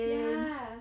ya